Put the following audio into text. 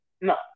no